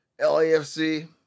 LAFC